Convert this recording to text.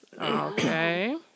Okay